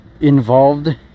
involved